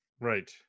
Right